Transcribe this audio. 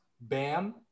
Bam